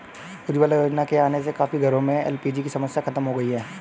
उज्ज्वला योजना के आने से काफी घरों में एल.पी.जी की समस्या खत्म हो गई